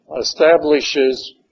establishes